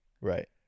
Right